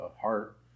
heart